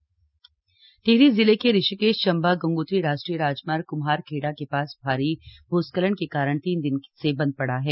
राजमार्ग टिहरी टिहरी जिले के ऋषिकेश चंबा गंगोत्री राष्ट्रीय राजमार्ग क्म्हारखेड़ा के पास भारी भूस्खलन के कारण तीन दिन से बंद पड़ा है